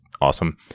awesome